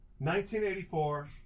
1984